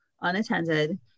unattended